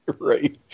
Right